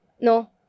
No